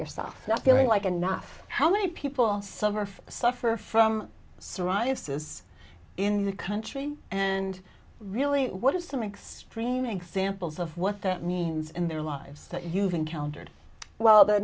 yourself not feeling like enough how many people suffer from suffer from psoriasis in the country and really what are some extreme examples of what that means in their lives that you've encountered well the